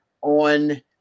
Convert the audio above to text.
on –